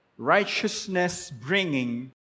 Righteousness-bringing